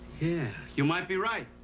yeah. you might be right.